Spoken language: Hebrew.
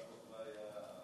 בר-כוכבא היה,